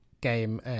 game